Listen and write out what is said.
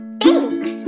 Thanks